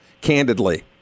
candidly